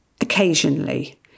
occasionally